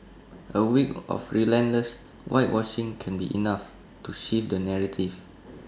A week of relentless whitewashing can be enough to shift the narrative